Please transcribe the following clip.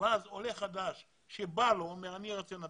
ואז עולה חדש שבא לו אומר הוא רוצה נתניה,